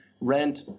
rent